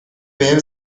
بهم